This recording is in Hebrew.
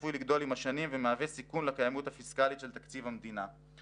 צפוי לגדול עם השנים ומהווה סיכון לקיימות הפיסקאלית של תקציב המדינה.